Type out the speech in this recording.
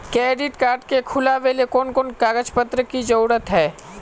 Credit card के खुलावेले कोन कोन कागज पत्र की जरूरत है?